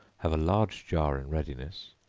have a large jar in readiness,